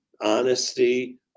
honesty